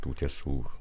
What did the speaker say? tų tiesų